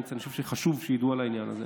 אני חושב שחשוב שידעו על העניין הזה,